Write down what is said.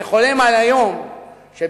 אני חולם על היום שצעירים